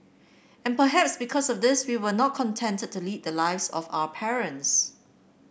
and perhaps because of this we were not contented to lead the lives of our parents